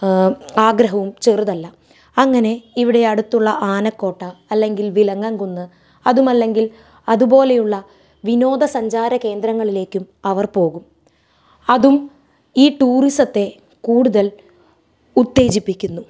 ആഗ്രഹവും ചെറുതല്ല അങ്ങനെ ഇവിടെ അടുത്തുള്ള ആനക്കോട്ട അല്ലെങ്കിൽ വിലങ്ങൻകുന്ന് അതുമല്ലെങ്കിൽ അതുപോലെയുള്ള വിനോദസഞ്ചാര കേന്ദ്രങ്ങളിലേക്കും അവർ പോകും അതും ഈ ടൂറിസത്തെ കൂടുതൽ ഉത്തേജിപ്പിക്കുന്നു